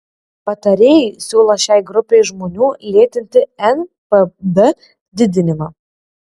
patarėjai siūlo šiai grupei žmonių lėtinti npd didinimą